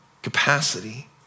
capacity